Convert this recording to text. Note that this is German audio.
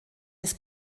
des